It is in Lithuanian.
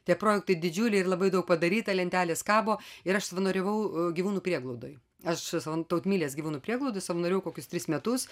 tie projektai didžiuliai ir labai daug padaryta lentelės kabo ir aš savanoriavau gyvūnų prieglaudoj aš tautmilės gyvūnų prieglaudoj savanoriavau kokius tris metus